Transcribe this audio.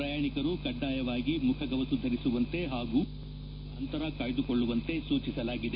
ಪ್ರಯಾಣಿಕರು ಕಡ್ಗಾಯವಾಗಿ ಮುಖಗವಸು ಧರಿಸುವ ಹಾಗೂ ಸಾಮಾಜಿಕ ಅಂತರ ಕಾಯ್ಗುಕೊಳ್ಳುವಂತೆ ಸೂಚಿಸಲಾಗಿದೆ